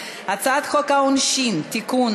הבאה: הצעת חוק העונשין (תיקון,